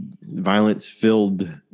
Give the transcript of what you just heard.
violence-filled